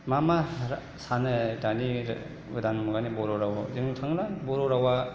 मा मा सानो दानि गोदान मुगानि बर' रावआव बुंनो थाङोब्ला बर' रावआ